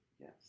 Yes